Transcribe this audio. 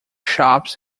shops